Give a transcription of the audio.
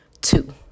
two